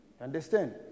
Understand